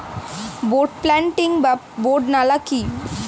Bed planting বা bed নালা কি?